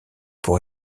pour